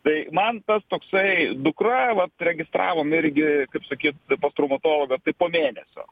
tai man tas toksai dukra vat registravom irgi kaip sakyti pas traumatologą tai po mėnesio